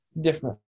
different